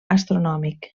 astronòmic